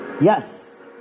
Yes